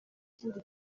ikindi